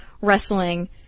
wrestling